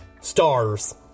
stars